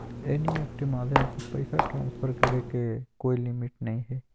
NEFT माध्यम से पैसा ट्रांसफर करे के कोय लिमिट नय हय